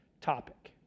topic